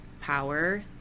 power